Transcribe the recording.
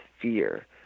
fear